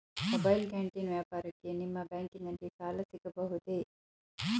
Mobile canteen ವ್ಯಾಪಾರಕ್ಕೆ ನಿಮ್ಮ ಬ್ಯಾಂಕಿನಲ್ಲಿ ಸಾಲ ಸಿಗಬಹುದೇ?